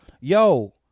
Yo